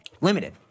Limited